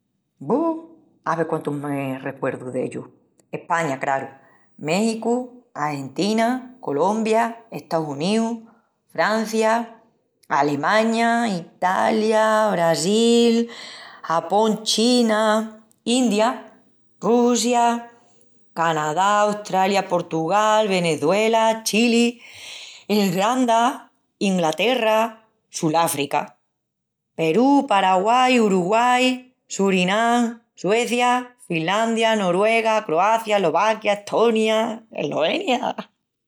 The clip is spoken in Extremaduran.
Bu, ave quántus me recuerdu d'ellus: España, craru, Méxicu, Argentina, Colombia, Estaus Uníus, Francia, Alemaña, Italia, Brasil, Japón, China, India, Russia, Canadá, Australia, Portugal, Veneçuela, Chili, Ilranda, Inglaterra, Suláfrica, Perú, Paraguai, Uruguai, Surinam, Suecia, Filandia, Noruega, Croacia, Eslovaquia, Estonia, Eslovenia,...